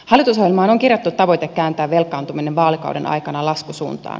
hallitusohjelmaan on kirjattu tavoite kääntää velkaantuminen vaalikauden aikana laskusuuntaan